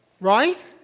Right